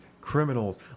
criminals